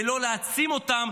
ולא להעצים אותן,